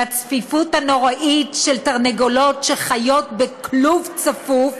לצפיפות הנוראית של תרנגולות שחיות בכלוב צפוף,